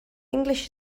english